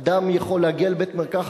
אדם יכול להגיע לבית-מרקחת,